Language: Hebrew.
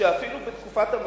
שאפילו בתקופת המשבר,